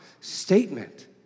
statement